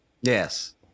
Yes